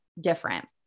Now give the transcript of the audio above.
different